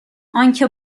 آنکه